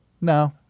No